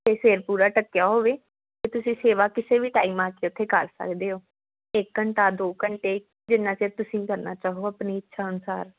ਅਤੇ ਸਿਰ ਪੂਰਾ ਢੱਕਿਆ ਹੋਵੇ ਅਤੇ ਤੁਸੀਂ ਸੇਵਾ ਕਿਸੇ ਵੀ ਟਾਈਮ ਆ ਕੇ ਉੱਥੇ ਕਰ ਸਕਦੇ ਹੋ ਇੱਕ ਘੰਟਾ ਦੋ ਘੰਟੇ ਜਿੰਨਾ ਚਿਰ ਤੁਸੀਂ ਕਰਨਾ ਚਾਹੋ ਆਪਣੀ ਇੱਛਾ ਅਨੁਸਾਰ